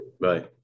Right